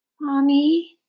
Mommy